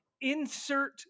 insert